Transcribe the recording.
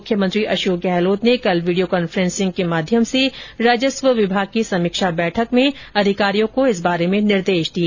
मुख्यमंत्री अशोक गहलोत ने कल वीडियो कॉन्फ्रेंसिंग के माध्यम से राजस्व विभाग की समीक्षा बैठक में इस संबंध में अधिकारियों को निर्देश दिए